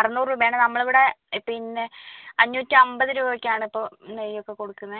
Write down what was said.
അറുനൂറ് രൂപയാണ് നമ്മൾ ഇവിടെ പിന്നെ അഞ്ഞൂറ്റമ്പത് രൂപയ്ക്കാണ് ഇപ്പം നെയ്യൊക്കെ കൊടുക്കുന്നത്